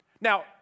Now